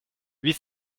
huit